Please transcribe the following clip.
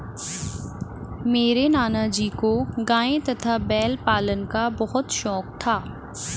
मेरे नाना जी को गाय तथा बैल पालन का बहुत शौक था